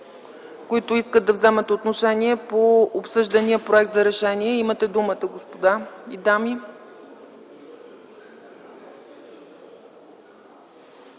които искат да вземат отношение по обсъждания проект за решение, имате думата дами и